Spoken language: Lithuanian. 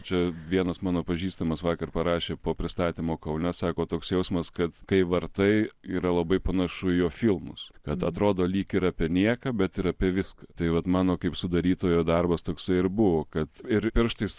čia vienas mano pažįstamas vakar parašė po pristatymo kaune sako toks jausmas kad kai vartai yra labai panašu į jo filmus kad atrodo lyg ir apie nieką bet ir apie viską tai vat mano kaip sudarytojo darbas toksai ir buvo kad ir pirštais